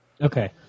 Okay